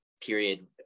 period